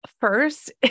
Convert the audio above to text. first